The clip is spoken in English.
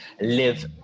Live